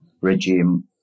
regime